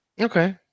Okay